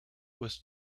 was